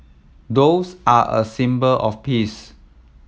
doves are a symbol of peace